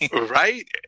Right